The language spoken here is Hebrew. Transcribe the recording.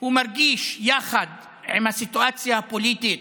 הוא מרגיש, יחד עם הסיטואציה הפוליטית,